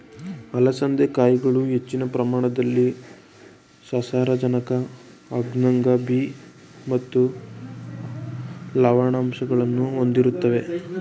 ಅಲಸಂದೆ ಕಾಯಿಗಳು ಹೆಚ್ಚಿನ ಪ್ರಮಾಣದಲ್ಲಿ ಸಸಾರಜನಕ ಅನ್ನಾಂಗ ಬಿ ಮತ್ತು ಲವಣಾಂಶಗಳನ್ನು ಹೊಂದಿರುತ್ವೆ